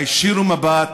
הישירו מבט